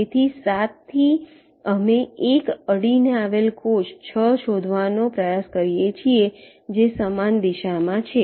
તેથી 7 થી અમે એક અડીને આવેલ કોષ 6 શોધવાનો પ્રયાસ કરીએ છીએ જે સમાન દિશામાં છે